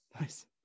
Nice